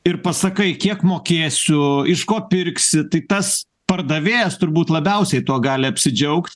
ir pasakai kiek mokėsiu iš ko pirksi tai tas pardavėjas turbūt labiausiai tuo gali apsidžiaugt